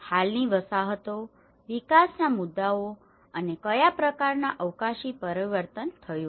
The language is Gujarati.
હાલની વસાહતો વિકાસના મુદ્દાઓ અને કયા પ્રકારનાં અવકાશી પરિવર્તન થયું છે